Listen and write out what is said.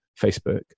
Facebook